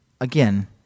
Again